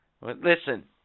Listen